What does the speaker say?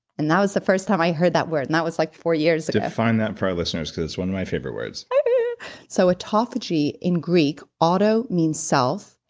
and that was the first time i heard that word, and that was like four years ago define that for our listeners because it's one of my favorite words so autophagy in greek, auto means self,